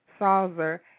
Salzer